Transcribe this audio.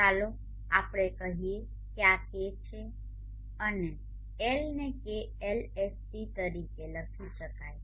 ચાલો આપણે કહીએ કે આ K છે અને L ને K LSC તરીકે લખી શકાય છે